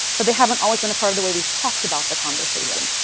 but they haven't always been a part of the way we've talked about the conversation.